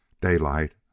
Daylight